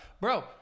Bro